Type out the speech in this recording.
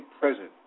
present